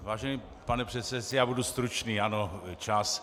Vážený pane předsedající, já budu stručný, ano, čas.